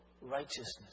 righteousness